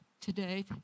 today